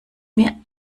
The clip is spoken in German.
mir